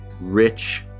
rich